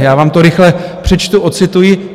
Já vám to rychle přečtu, odcituji.